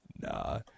Nah